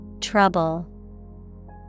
Trouble